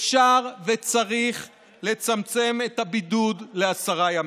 אפשר וצריך לצמצם את הבידוד לעשרה ימים.